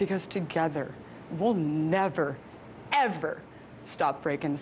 because together will never ever stop break